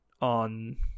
on